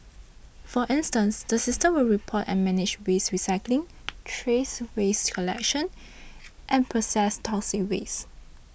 for instance the system will report and manage waste recycling trace waste collection and processed toxic waste